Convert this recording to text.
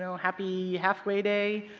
happy halfway day.